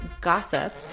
Gossip